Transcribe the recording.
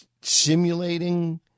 simulating